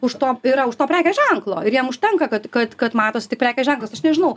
už to yra už to prekės ženklo ir jiem užtenka kad kad kad matosi tik prekės ženklas aš nežinau